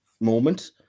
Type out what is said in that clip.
moment